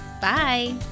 Bye